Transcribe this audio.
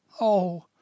Oh